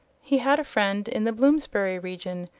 he had a friend in the bloomsbury region,